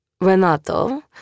Renato